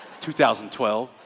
2012